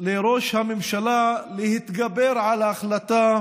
לראש הממשלה להתגבר על ההחלטה